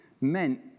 meant